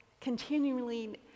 continually